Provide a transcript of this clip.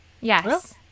Yes